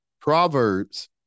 Proverbs